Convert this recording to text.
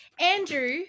Andrew